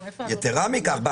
יתרה מכך,